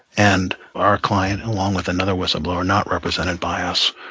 and our client, along with another whistleblower not represented by us,